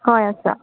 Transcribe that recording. हय आसा